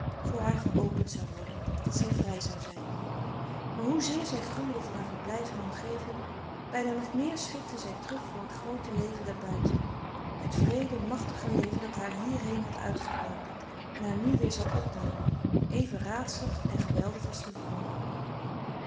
voor haar geopend zou worden dat zij vrij zou zijn maar hoezeer zij gruwde van haar verblijf en omgeving bijna nog meer schrikte zij terug voor het groote leven daarbuiten het wreede machtige leven dat haar hierheen had uitgeworpen en haar nu weer zou opnemen even raadselig en geweldig als te voren